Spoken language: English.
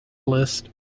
list